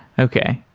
okay.